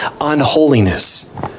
unholiness